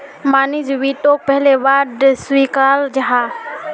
margin वित्तोक पहले bond सा स्विकाराल जाहा